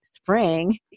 spring